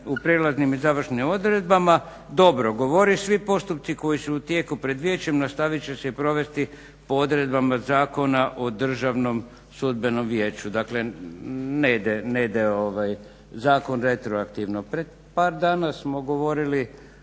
u Prijelaznim i završnim odredbama dobro govori, svi postupci koji su u tijeku pred vijećem nastavit će se i provesti po odredbama Zakona o Državnom sudbenom vijeću, dakle ne ide zakon retroaktivno.